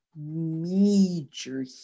major